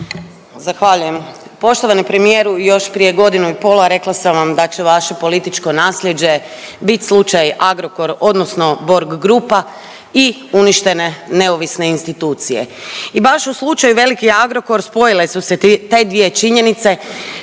Zahvaljujem. Poštovani premijeru još prije godinu i pol rekla sam vam da će vaše političko nasljeđe biti slučaj Agrokor odnosno Borg grupa i uništene neovisne institucije. I baš u slučaju velike Agrokor spojile su se te dvije činjenice